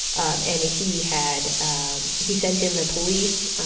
um and he had um he sent in the police,